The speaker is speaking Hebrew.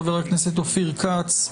חבר הכנסת אופיר כץ,